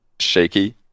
shaky